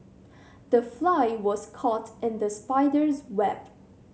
the fly was caught in the spider's web